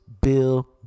bill